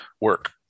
work